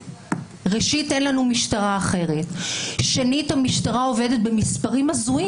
שלא מקבלים מספיק הכרת תודה, לא מהכנסת הזאת ולא